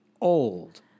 Old